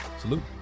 Salute